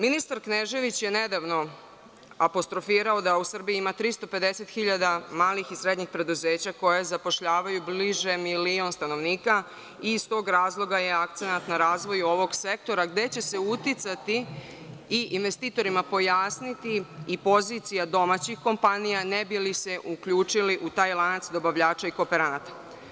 Ministar Knežević je nedavno apostrofirao da u Srbiji ima 350 hiljada malih i srednjih preduzeća koja zapošljavaju blizu milion stanovnika i iz tog razloga je akcenat na razvoju ovog sektora gde će se uticati i investitorima pojasniti pozicija domaćih kompanija ne bi li se uključili u taj lanac dobavljača i kooperanata.